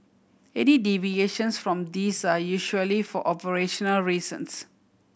any deviations from these are usually for operational reasons